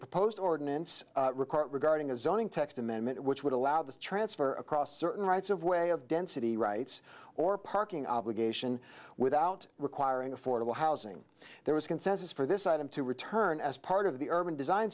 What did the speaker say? proposed ordinance report regarding a zoning text amendment which would allow the transfer across certain rights of way of density rights or parking obligation without requiring affordable housing there was consensus for this item to return as part of the urban design